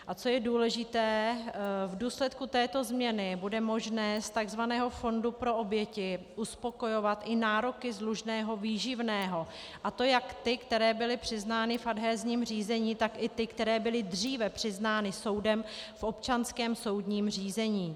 A co je důležité, v důsledku této změny bude možné z tzv. fondu pro oběti uspokojovat i nároky z dlužného výživného, a to jak ty, které byly přiznány v adhezním řízení, tak i ty, které byly dříve přiznány soudem v občanském soudním řízení.